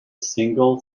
single